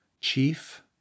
chief